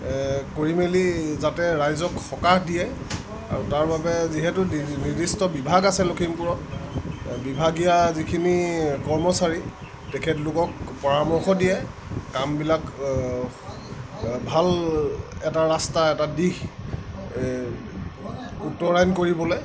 কৰি মেলি যাতে ৰাইজক সকাহ দিয়ে আৰু তাৰ বাবে যিহেতু নিৰ্দিষ্ট বিভাগ আছে লক্ষীমপুৰৰ বিভাগীয়া যিখিনি কৰ্মচাৰী তেখেতলোকক পৰামৰ্শ দিয়ে কামবিলাক ভাল এটা ৰাস্তা এটা দিশ উত্তৰায়ণ কৰিবলৈ